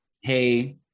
Hey